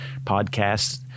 podcasts